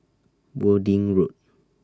Wording Road